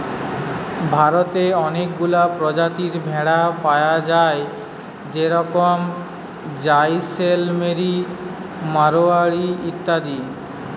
ভারতে অনেকগুলা প্রজাতির ভেড়া পায়া যায় যেরম জাইসেলমেরি, মাড়োয়ারি ইত্যাদি